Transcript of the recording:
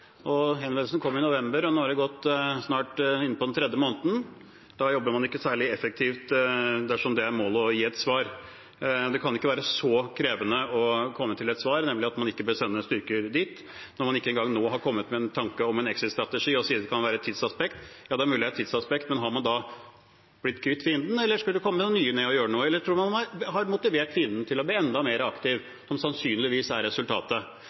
Henvendelsen kom i november, og nå er vi snart inne på den tredje måneden. Da jobber man ikke særlig effektivt dersom det er målet, å gi et svar. Det kan ikke være så krevende å komme til et svar, nemlig at man ikke bør sende styrker dit. Når man ikke engang nå har kommet med en tanke om en exit-strategi og sier at det kan være et tidsaspekt. Ja, det er mulig det er et tidsaspekt, men har man da blitt kvitt fienden, eller skulle det komme noen nye ned og gjøre noe – eller tror man at man har motivert fienden til å bli enda mer aktiv, noe som sannsynligvis er resultatet?